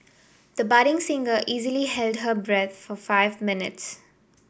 the budding singer easily held her breath for five minutes